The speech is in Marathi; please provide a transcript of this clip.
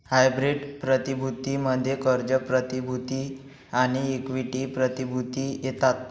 हायब्रीड प्रतिभूती मध्ये कर्ज प्रतिभूती आणि इक्विटी प्रतिभूती येतात